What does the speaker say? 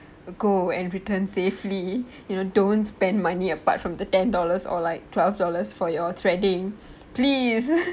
go and return safely you know don't spend money apart from the ten dollars or like twelve dollars for your threading please